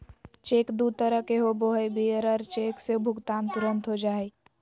cheque दू तरह के होबो हइ, बियरर चेक से भुगतान तुरंत हो जा हइ